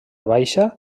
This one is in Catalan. baixa